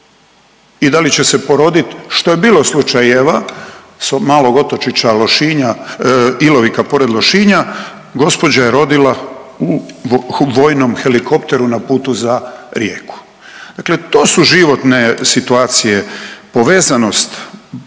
i da li će se porodit što je bilo slučajeva sa malog otočića Ilovika pored Lošinja. Gospođa je rodila u vojnom helikopteru na putu za Rijeku. Dakle, to su životne situacije povezanost, brzo